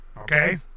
Okay